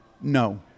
No